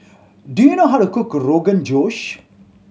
do you know how to cook Rogan Josh